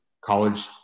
College